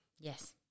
Yes